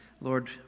Lord